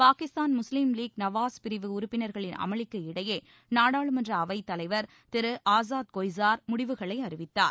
பாகிஸ்தான் முஸ்லீம் லீக் நவாஸ் ஷெரீப் பிரிவு உறுப்பினர்களின் அமளிக்கு இடையே நாடாளுமன்ற அவைத்தலைவர் திரு ஆசாத் கொய்சார் முடிவுகளை அறிவித்தார்